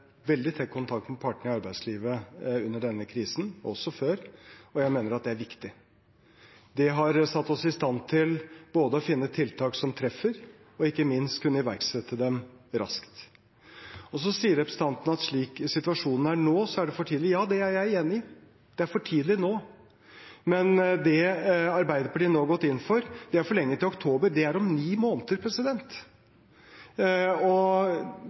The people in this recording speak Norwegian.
veldig tett kontakt med partene i arbeidslivet under denne krisen og også før, og jeg mener at det er viktig. Det har satt oss i stand til å finne tiltak som treffer, og ikke minst å kunne iverksette dem raskt. Så sier representanten at slik situasjonen er nå, er det for tidlig. Ja, det er jeg enig i. Det er for tidlig nå. Men det Arbeiderpartiet nå har gått inn for, er å forlenge til oktober. Det er om ni måneder.